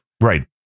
right